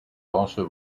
also